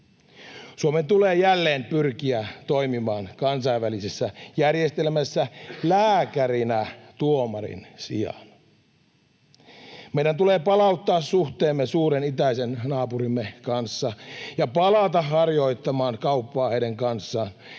Suomen tulee jälleen pyrkiä toimimaan kansainvälisessä järjestelmässä lääkärinä tuomarin sijaan. Meidän tulee palauttaa suhteemme suuren itäisen naapurimme kanssa ja palata harjoittamaan kauppaa heidän kanssaan,